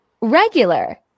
regular